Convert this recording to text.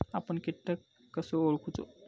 आपन कीटक कसो ओळखूचो?